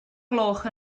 gloch